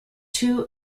two